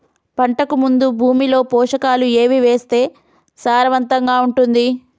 పంటకు ముందు భూమిలో పోషకాలు ఏవి వేస్తే సారవంతంగా ఉంటది?